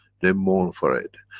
they mourn for it.